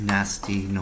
Nasty